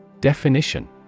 Definition